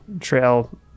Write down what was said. trail